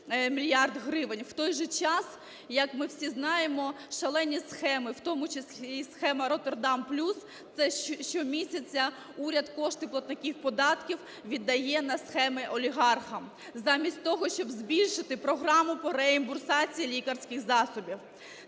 В той же час, як ми всі знаємо, шалені схеми, в тому числі і схема "Роттердам плюс" – це щомісяця уряд кошти платників податків віддає на схеми олігархам, замість того, щоб збільшити програму по реімбурсації лікарських засобів.